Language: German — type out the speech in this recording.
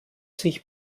sich